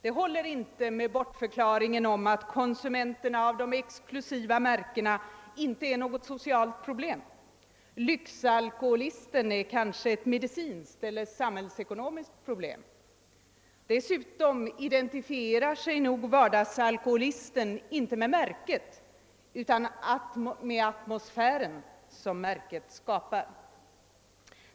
Det håller inte med bortförklaringen att konsumenterna av de exklusiva märkena inte är ett socialt problem. Lyxalkoholisten är kanske ett medicinskt eller samhällsekonomiskt problem. Dessutom identifierar sig nog vardagsalkoholisten inte med märket, utan med atmosfären som märket skapar.